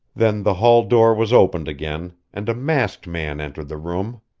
then the hall door was opened again, and a masked man entered the room!